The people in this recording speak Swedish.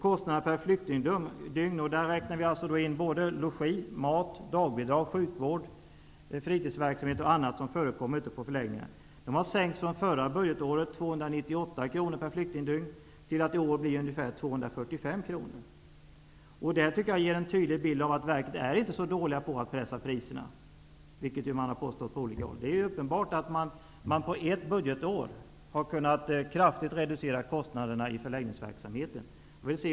Kostnaden per flyktingdygn -- där ingår alla kostnader för logi, mat, dagbidrag, sjukvård, fritidsverksamhet m.m. -- har sänkts från 298 kr förra budgetåret till ca 245 kr i år. Det ger en tydlig bild av att man inom verket inte är så dålig på att pressa priser, såsom det har påståtts. På ett budgetår har man kraftigt kunnat reducera kostnaderna i förläggningsverksamheten.